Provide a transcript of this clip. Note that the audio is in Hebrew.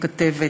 ככתבת